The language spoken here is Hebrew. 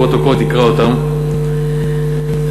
תקרא אותן בפרוטוקול,